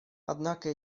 однако